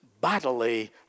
bodily